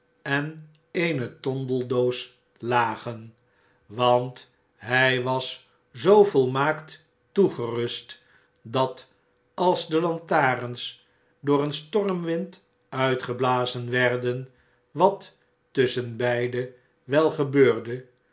en eene tondeldoos lagen want hjj was zoo volmaakt toegerust dat als de lantarens door een stormwind uitgeblazen werden wat tusschenbeide wel